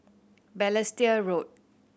Balestier Road